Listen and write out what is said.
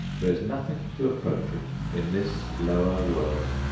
there is nothing to approach it in this lower world.